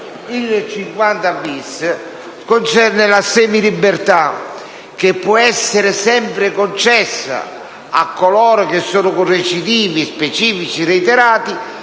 50-*bis* concerne la semilibertà, che può essere sempre concessa a coloro che sono recidivi specifici reiterati,